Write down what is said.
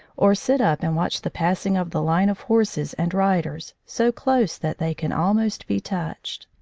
or sit up and watch the passing of the line of horses and riders, so close that they can almost be touched.